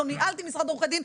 או ניהלתי משרד עורכי דין,